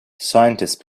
scientists